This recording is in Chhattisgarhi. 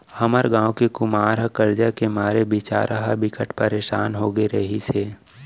हमर गांव के कुमार ह करजा के मारे बिचारा ह बिकट परसान हो गे रिहिस हे